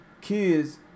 kids